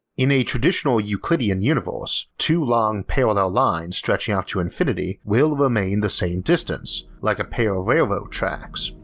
in a traditional euclidean universe, two long parallel lines stretching off to infinity will remain the same distance, like a pair of railroads tracks.